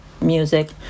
music